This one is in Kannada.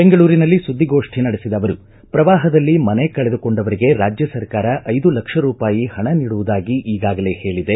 ಬೆಂಗಳೂರಿನಲ್ಲಿ ಸುದ್ದಿಗೋಷ್ಠಿ ನಡೆಸಿದ ಆವರು ಪ್ರವಾಪದಲ್ಲಿ ಮನೆ ಕಳೆದುಕೊಂಡವರಿಗೆ ರಾಜ್ಯ ಸರ್ಕಾರ ಐದು ಲಕ್ಷ ರೂಪಾಯಿ ಪಣ ನೀಡುವುದಾಗಿ ಈಗಾಗಲೇ ಹೇಳಿದೆ